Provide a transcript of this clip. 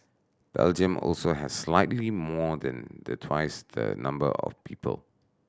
Belgium also has slightly more than the twice the number of people